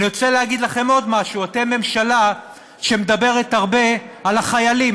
אני רוצה להגיד לכם עוד משהו: אתם ממשלה שמדברת הרבה על החיילים,